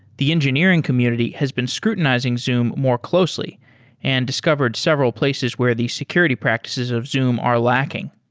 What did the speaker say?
the engineering community has been scrutinizing zoom more closely and discovered several places where the security practices of zoom are lacking.